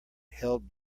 held